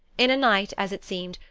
in a night, as it seemed,